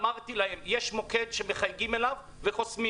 אמרתי להם שיש מוקד שמחייגים אליו וחוסמים.